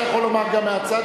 אתה יכול לומר גם מהצד,